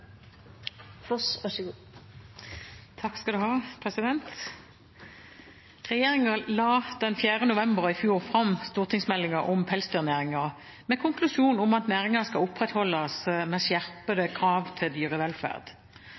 la den 4. november i fjor fram stortingsmeldingen om pelsdyrnæringen, med konklusjonen at næringen skal opprettholdes med skjerpede krav til dyrevelferd.